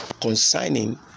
consigning